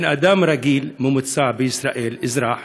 בן-אדם רגיל, ממוצע, בישראל, אזרח,